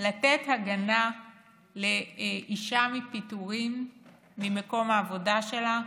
לתת הגנה לאישה מפיטורין ממקום העבודה שלה.